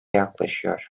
yaklaşıyor